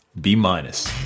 B-minus